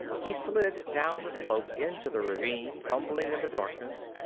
he slid down the slope into the ravine, fumbling in the darkness,